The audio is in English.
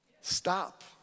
stop